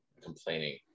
complaining